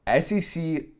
SEC